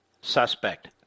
suspect